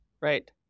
right